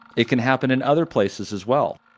it can happen in other places as well.